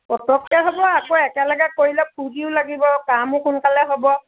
পতককৈ হ'ব আকৌ একেলগে কৰিলে ফুৰ্ত্তিও লাগিব কামো সোনকালে হ'ব